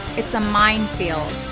it's a minefield